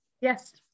Yes